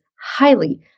highly